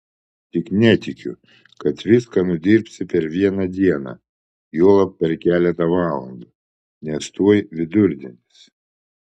tik netikiu kad viską nudirbsi per vieną dieną juolab per keletą valandų nes tuoj vidurdienis